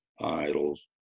idols